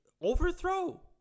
overthrow